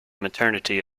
maternity